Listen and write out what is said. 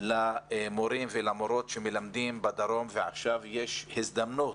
למורים ולמורות שמלמדים בדרום ועכשיו יש הזדמנות